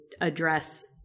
address